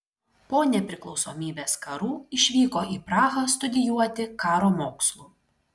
po nepriklausomybės karų išvyko į prahą studijuoti karo mokslų